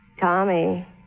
Tommy